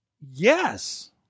Yes